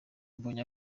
mbonyi